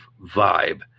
vibe